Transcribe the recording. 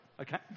Okay